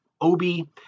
Obi